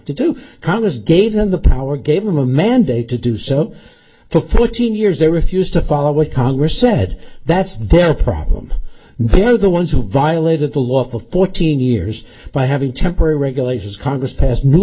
to do congress gave them the power gave them a mandate to do so the fourteen years they refused to follow what congress said that's their problem they're the ones who violated the law for fourteen years by having temporary regulations congress passed new